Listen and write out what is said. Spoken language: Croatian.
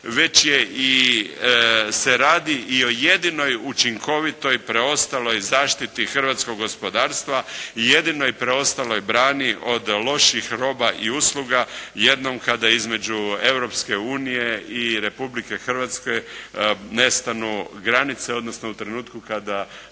već se radi i o jedinoj učinkovitoj preostaloj zaštiti hrvatskog gospodarstva i jedinoj preostaloj brani od loših roba i usluga. Jednom kada između Europske unije i Republike Hrvatske nestanu granice, odnosno u trenutku kada